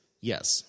yes